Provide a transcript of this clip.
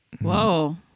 whoa